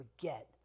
forget